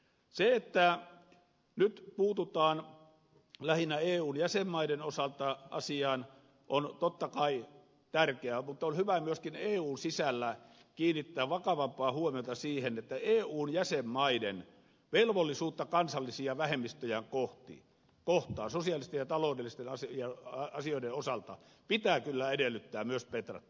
se että nyt puututaan asiaan lähinnä eun jäsenmaiden osalta on totta kai tärkeää mutta on hyvä myöskin eun sisällä kiinnittää vakavampaa huomiota siihen että eun jäsenmaiden velvollisuutta kansallisia vähemmistöjään kohtaan sosiaalisten ja taloudellisten asioiden osalta pitää kyllä edellyttää myös petrattavan ja parannettavan